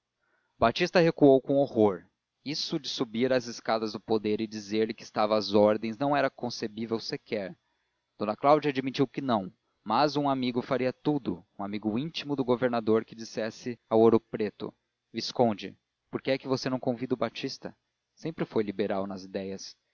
batista recuou com horror isto de subir as escadas do poder e dizer-lhe que estava às ordens não era concebível sequer d cláudia admitiu que não mas um amigo faria tudo um amigo íntimo do governo que dissesse ao ouro preto visconde você por que é que não convida o batista foi sempre liberal nas ideias